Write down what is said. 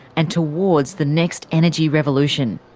and towards the next energy revolution.